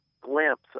glimpse